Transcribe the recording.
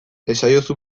esaiozu